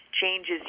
changes